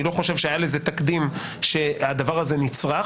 אני לא חושב שהיה לזה תקדים שהדבר הזה נצרך,